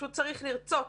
פשוט צריך לרצות,